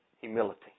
Humility